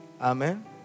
Amen